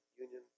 union